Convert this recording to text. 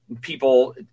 people